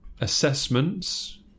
assessments